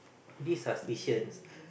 this suspicions